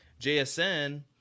JSN